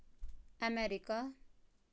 America